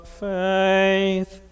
faith